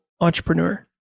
entrepreneur